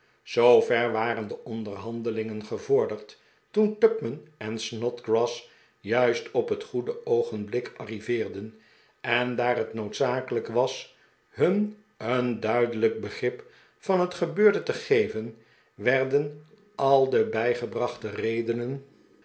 zoover waren de onderhandelingen gevorderd toen tupman en snodgrass juist op het goede oogenblik arriveerden en daar het noodzakelijk was hun een duidelijk begrip van het gebeurde te geven werden al de bijgebrachte redenen